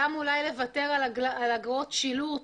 גם אולי לוותר על אגרות שילוט.